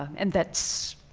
and that's.